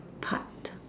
part